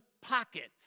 pockets